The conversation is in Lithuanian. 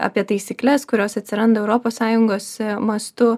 apie taisykles kurios atsiranda europos sąjungos mastu